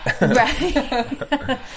Right